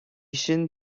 sin